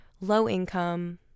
low-income